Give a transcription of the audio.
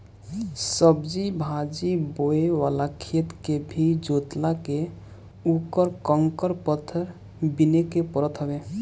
सब्जी भाजी बोए वाला खेत के भी जोतवा के उकर कंकड़ पत्थर बिने के पड़त हवे